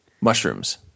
mushrooms